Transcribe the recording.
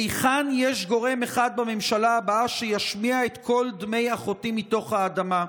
היכן יש גורם אחד בממשלה הבאה שישמיע את קול דמי אחותי מתוך האדמה?